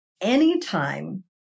anytime